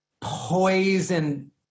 poison